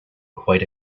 quite